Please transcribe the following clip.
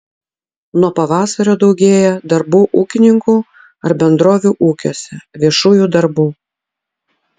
nuo pavasario daugėja darbų ūkininkų ar bendrovių ūkiuose viešųjų darbų